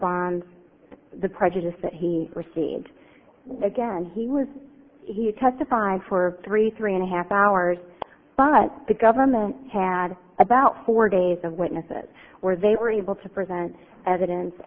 bond the prejudice that he received and again he was he testified for three three and a half hours but the government had about four days of witnesses where they were able to present evidence